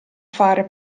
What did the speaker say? fare